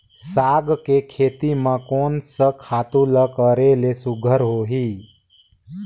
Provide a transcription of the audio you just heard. साग के खेती म कोन स खातु ल करेले सुघ्घर होही?